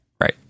right